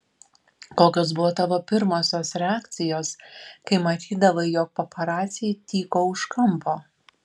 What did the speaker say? kokios buvo tavo pirmosios reakcijos kai matydavai jog paparaciai tyko už kampo